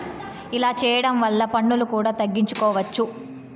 ఇలా చేయడం వల్ల పన్నులు కూడా తగ్గించుకోవచ్చు